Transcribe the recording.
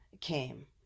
came